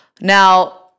Now